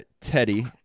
Teddy